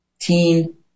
teen